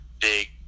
big